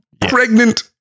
pregnant